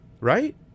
right